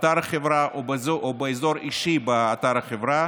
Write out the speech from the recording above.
באתר החברה או באזור אישי באתר החברה,